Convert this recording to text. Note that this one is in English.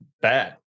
bad